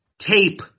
tape